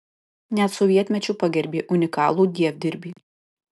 net sovietmečiu pagerbė unikalų dievdirbį